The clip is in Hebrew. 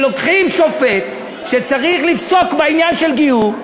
שלוקחים שופט שצריך לפסוק בעניין של גיור,